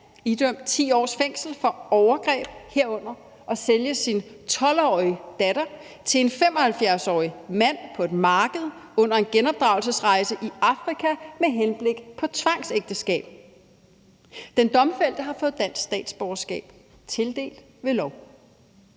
idømt 10 års fængsel for overgreb, herunder at sælge sin 12-årige datter til en 75-årig mand på et marked under en genopdragelsesrejse til Afrika med henblik på tvangsægteskab. Den domfældte har fået dansk statsborgerskab tildelt ved lov.